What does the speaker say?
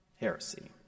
heresy